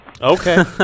okay